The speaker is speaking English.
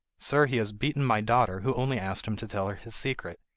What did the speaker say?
sir, he has beaten my daughter, who only asked him to tell her his secret.